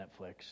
Netflix